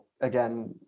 again